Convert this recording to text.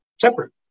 separate